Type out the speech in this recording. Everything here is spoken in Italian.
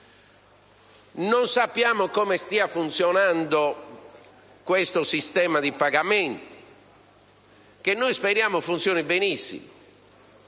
Non sappiamo come stia funzionando il sistema di pagamento. Noi speriamo funzioni benissimo;